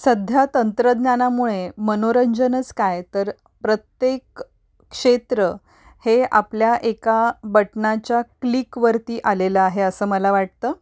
सध्या तंत्रज्ञानामुळे मनोरंजनच काय तर प्रत्येक क्षेत्र हे आपल्या एका बटनाच्या क्लिकवरती आलेलं आहे असं मला वाटतं